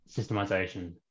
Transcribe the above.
systemization